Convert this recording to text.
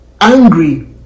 angry